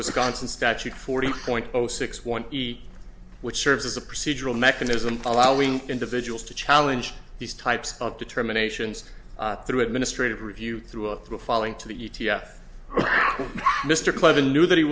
wisconsin statute forty point zero six one which serves as a procedural mechanism allowing individuals to challenge these types of determinations through administrative review through up through falling to the e t f mr clinton knew that he